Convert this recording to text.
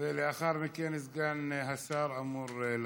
לאחר מכן סגן השר אמור להשיב.